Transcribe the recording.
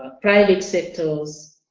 private sectors